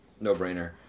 No-brainer